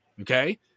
okay